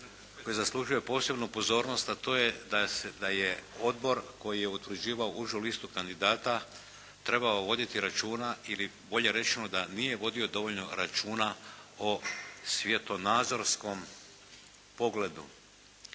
koja zaslužuje posebnu pozornost a to je da je odbor koji je utvrđivao užu listu kandidata trebao voditi računa, ili bolje rečeno da nije vodio dovoljno računa o svjetonazorskom pogledu.